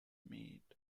meet